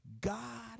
God